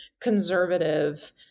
conservative